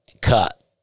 cut